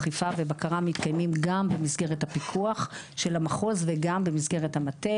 אכיפה ובקרה מתקיימים גם במסגרת הפיקוח של המחוז וגם במסגרת המטה,